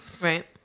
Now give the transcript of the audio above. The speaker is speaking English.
Right